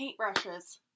paintbrushes